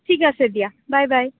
ঠিক আছে দিয়া বাই বাই